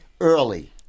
early